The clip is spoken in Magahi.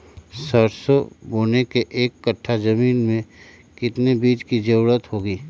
सरसो बोने के एक कट्ठा जमीन में कितने बीज की जरूरत होंगी?